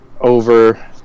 over